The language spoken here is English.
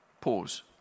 Pause